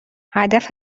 هدف